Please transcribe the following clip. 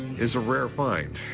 is a rare find.